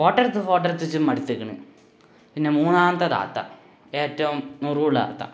photo എടുത്ത് photo എടുത്ത് ച്ച് മടുത്ത്ക്കണ് പിന്നെ മൂന്നാമത്തെ താത്ത ഏറ്റവും മുറിവുള്ളാത്ത